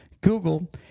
Google